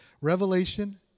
revelation